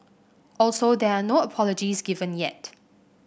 also there are no apologies given yet